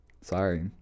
Sorry